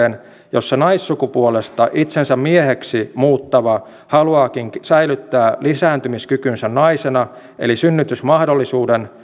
jossa naissukupuolesta itsensä mieheksi muuttava haluaakin säilyttää lisääntymiskykynsä naisena eli synnytysmahdollisuuden